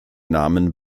namen